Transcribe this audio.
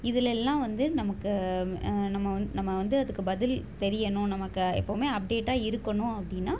இதிலெல்லாம் வந்து நமக்கு நம்ம வந் நம்ம வந்து அதுக்கு பதில் தெரியணும் நமக்கு எப்பவுமே அப்டேட்டாக இருக்கணும் அப்படின்னா